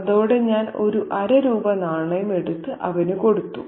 അതോടെ ഞാൻ ഒരു അര രൂപ നാണയം എടുത്ത് അവനു കൊടുത്തു